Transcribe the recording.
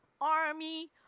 army